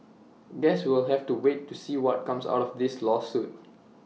guess we'll have to wait to see what comes out of this lawsuit